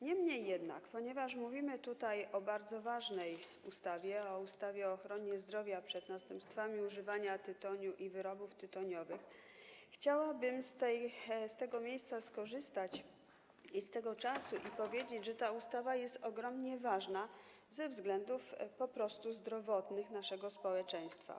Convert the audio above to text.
Niemniej jednak, ponieważ mówimy tutaj o bardzo ważnej ustawie, o ustawie o ochronie zdrowia przed następstwami używania tytoniu i wyrobów tytoniowych, chciałabym skorzystać z tego czasu i z tego miejsca powiedzieć, że ta ustawa jest ogromnie ważna ze względów po prostu zdrowotnych naszego społeczeństwa.